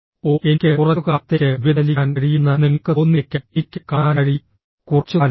ഓ എനിക്ക് കുറച്ചുകാലത്തേക്ക് വ്യതിചലിക്കാൻ കഴിയുമെന്ന് നിങ്ങൾക്ക് തോന്നിയേക്കാം എനിക്ക് കാണാൻ കഴിയും കുറച്ചുകാലം ടി